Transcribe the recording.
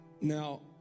now